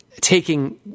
taking